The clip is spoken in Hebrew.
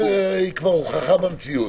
כבר הוכחה במציאות.